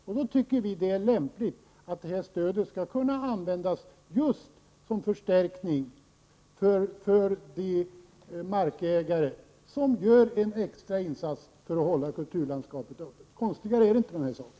VI LYCKET därför att det är lämpligt att stödet kan användas som förstärkning för de markägare som gör en extra insats för att hålla kulturlandskapet öppet. Konstigare är inte den saken.